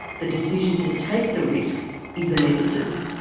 the decision to take the risk is the minister's.